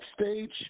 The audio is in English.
stage